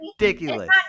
ridiculous